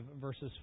verses